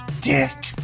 dick